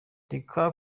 reka